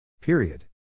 Period